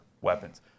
weapons